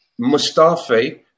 Mustafi